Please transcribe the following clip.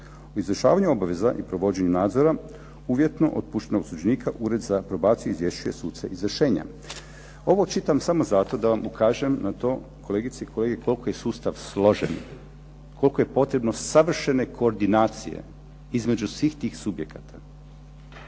O izvršavanju obaveza i provođenju nadzora uvjetno otpuštenog osuđenika Ured za probaciju izvješćuje suca izvršenja. Ovo čitam samo zato da vam ukažem na to kolegice i kolege koliko je sustav složen, koliko je potrebno savršene koordinacije između svih tih subjekata.